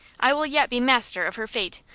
i will yet be master of her fate,